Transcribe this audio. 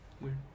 Weird